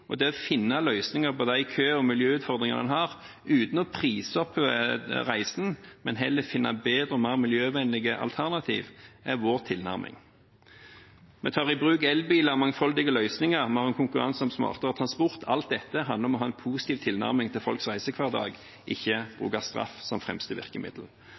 og det å finne løsninger på de kø- og miljøutfordringene en har, uten å prise opp reisen, men heller finne bedre og mer miljøvennlige alternativer, er vår tilnærming. Vi tar i bruk elbiler og mangfoldige løsninger, vi har en konkurranse om smartere transport. Alt dette handler om å ha en positiv tilnærming til folks reisehverdag og ikke bruke straff som fremste virkemiddel.